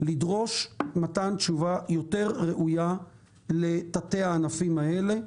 לדרוש מתן תשובה יותר ראויה לתתי הענפים האלה.